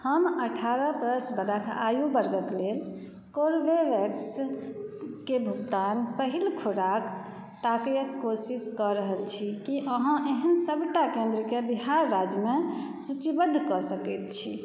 हम अठारह प्लस बरख आयु वर्गक लेल कोरबेवेक्सके भुगतान पहिल खुराक ताकयके कोशिश कऽ रहल छी की अहाँ एहन सबटा केंद्रके बिहार राज्यमे सूचीबद्ध कऽ सकैत छी